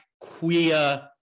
queer